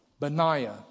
Benaiah